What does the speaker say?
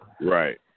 Right